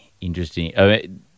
interesting